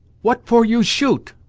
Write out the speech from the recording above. what for you shoot?